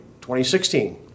2016